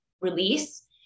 release